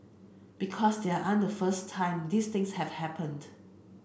because they aren't the first time these things have happened